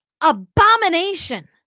abomination